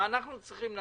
מה אנחנו צריכים לעשות?